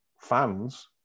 Fans